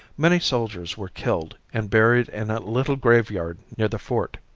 many soldiers were killed and buried in a little graveyard near the fort.